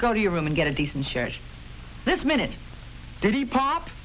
go to your room and get a decent share this minute did he pop